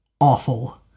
awful